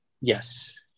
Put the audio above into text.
Yes